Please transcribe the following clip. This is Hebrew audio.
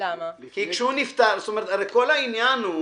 הרי כל העניין הוא